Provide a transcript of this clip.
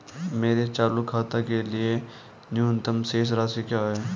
मेरे चालू खाते के लिए न्यूनतम शेष राशि क्या है?